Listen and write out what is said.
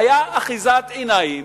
היה אחיזת עיניים,